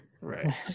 Right